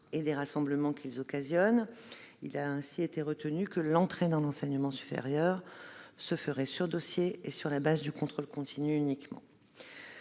et des rassemblements qu'ils occasionnent. Il a ainsi été retenu que l'entrée dans l'enseignement supérieur se ferait sur dossier et sur la base du contrôle continu uniquement.